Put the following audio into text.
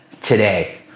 today